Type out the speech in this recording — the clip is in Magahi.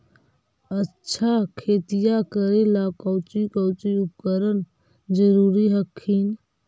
अच्छा खेतिया करे ला कौची कौची उपकरण जरूरी हखिन?